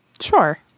Sure